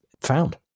found